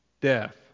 death